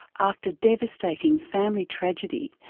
after devastating family tragedy,